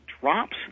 drops